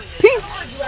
Peace